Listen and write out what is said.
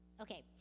Okay